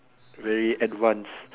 very advanced